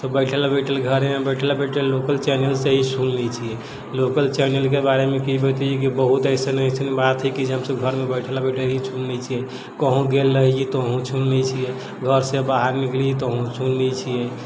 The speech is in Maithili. बैठल बैठल घरमे बैठल बैठल लोकल चैनल से ही सुनि लै छियै लोकल चैनलके बारेमे की बतबियै की बहुत एसन एसन बात है की जब हमसब घरमे बैठल बैठल ही सुनि लै छियै कहूँ गेल रहियै तऽ ओहो सुनै छियै घरसँ बाहर निकली तहिं सुनि लै छियै